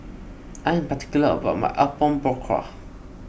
I am particular about my Apom Berkuah